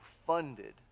funded